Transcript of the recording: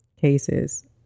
cases